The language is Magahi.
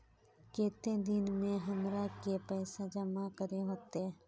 केते दिन में हमरा के पैसा जमा करे होते?